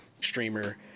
streamer